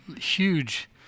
huge